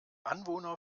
anwohner